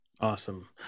Awesome